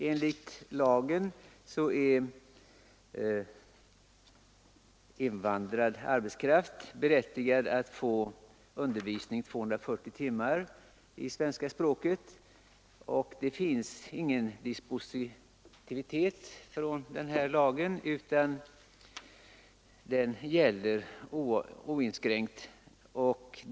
Enligt lagen är invandrad arbetskraft berättigad till 240 timmars undervisning i svenska språket och det finns ingen dispositivitet i fråga om denna lag utan den gäller oinskränkt.